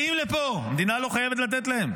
הם באים לפה, המדינה לא חייבת לתת להם,